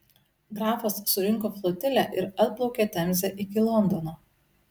grafas surinko flotilę ir atplaukė temze iki londono